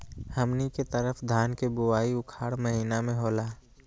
हमनी के तरफ धान के बुवाई उखाड़ महीना में होला